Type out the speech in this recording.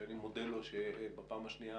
שאני מודה לו שבפעם השנייה